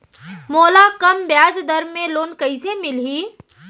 मोला कम ब्याजदर में लोन कइसे मिलही?